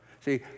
See